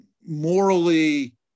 morally